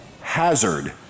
hazard